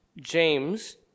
James